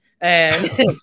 And-